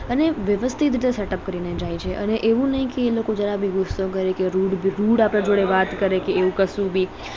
અને વ્યવસ્થિત રીતે સેટઅપ કરીને જાય છે અને એવું નહીં કે એ લોકો જરા બી ગુસ્સો કરે કે રૂડ રૂડ આપણા જોડે વાત કરે કે એવું કસું બી